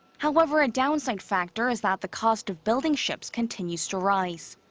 however, a downside factor is that the cost of building ships continues to rise.